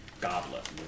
goblet